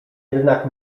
jednak